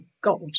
God